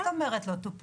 מה זאת אומרת לא טופלו?